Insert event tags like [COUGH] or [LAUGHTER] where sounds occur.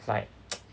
it's like [NOISE]